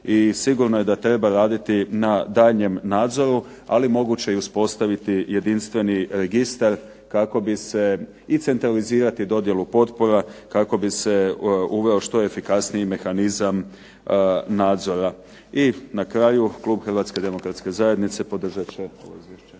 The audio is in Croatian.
sigurno je da treba raditi na daljnjem nadzoru ali moguće je i uspostaviti jedinstveni registar i centralizirati dodjelu potpora kako bi se uveo što efikasniji mehanizam nadzora. I na kraju klub Hrvatske demokratske zajednice podržat će ovo izvješće.